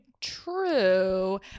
true